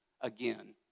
again